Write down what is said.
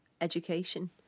education